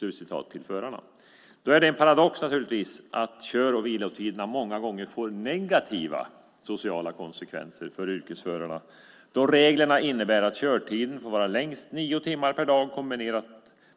Det är dock en paradox att kör och vilotiderna många gånger får negativa sociala konsekvenser för yrkesförarna då reglerna innebär att körtiden får vara längst nio timmar per dag kombinerat